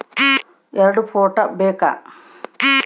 ಎರಡು ಫೋಟೋ ಬೇಕಾ?